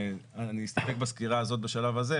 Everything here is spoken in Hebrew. אני אסתפק בסקירה הזאת בשלב הזה,